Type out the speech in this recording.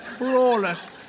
flawless